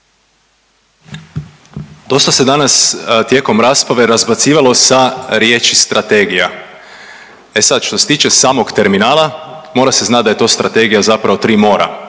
Dosta se danas tijekom rasprave razbacivalo sa riječi strategija. E sad što se tiče samog terminala mora se znati da je to strategija zapravo tri mora.